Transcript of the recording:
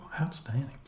Outstanding